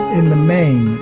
in the main,